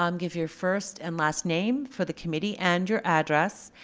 um give your first and last name for the committee and your address.